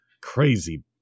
Crazy